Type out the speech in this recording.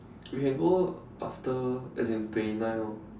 we can go after as in twenty nine orh